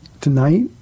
tonight